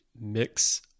mix